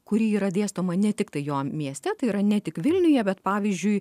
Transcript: kuri yra dėstoma ne tiktai jo mieste tai yra ne tik vilniuje bet pavyzdžiui